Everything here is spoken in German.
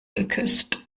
geküsst